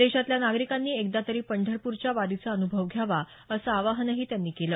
देशातल्या नागरिकांनी एकदा तरी पंढरपूरच्या वारीचा अन्भव घ्यावा असं आवाहनही त्यांनी केलं